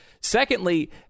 Secondly